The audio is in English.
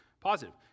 Positive